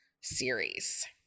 series